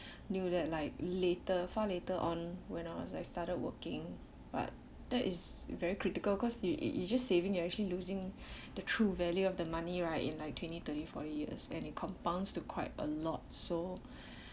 knew that like later found later on when I was I started working but that is very critical cause you you just saving you actually losing the true value of the money right in like twenty thirty forty years and it compounds to quite a lot so